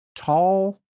tall